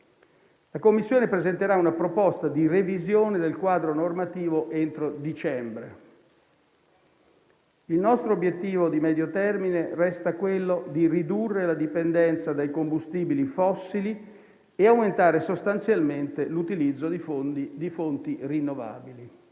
La Commissione presenterà una proposta di revisione del quadro normativo entro dicembre. Il nostro obiettivo di medio termine resta quello di ridurre la dipendenza dai combustibili fossili e aumentare sostanzialmente l'utilizzo di fonti rinnovabili.